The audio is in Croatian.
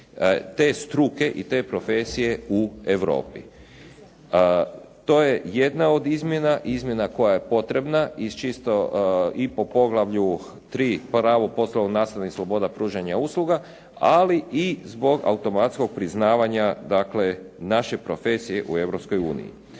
te struke i te profesije u Europi. To je jedna od izmjena, izmjena koja je potrebno i po Poglavlju 3. – Pravo poslovnog nastana i sloboda pružanja usluga, ali i zbog automatskog priznavanja dakle naše profesije u